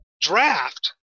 draft